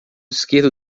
esquerdo